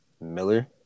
Miller